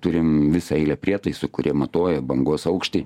turim visą eilę prietaisų kurie matuoja bangos aukštį